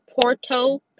Porto